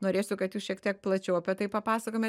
norėsiu kad jūs šiek tiek plačiau apie tai papasakomėt